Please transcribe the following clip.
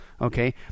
Okay